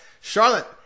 Charlotte